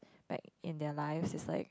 like in their lives is like